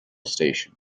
station